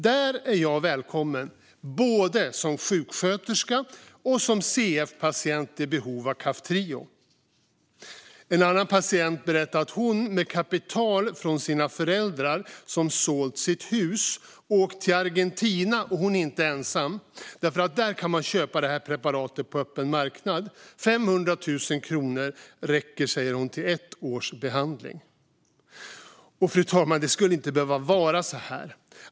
Där är jag välkommen, både som sjuksköterska och som CF-patient i behov av Kaftrio. En annan patient berättade att hon med kapital från sina föräldrar som sålt sitt hus åkt till Argentina - och hon är inte ensam - för där kan man köpa preparatet på öppen marknad. 500 000 kronor, säger hon, räcker till ett års behandling. Fru talman! Det skulle inte behöva vara så här.